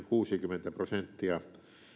kuusikymmentä prosenttia